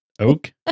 oak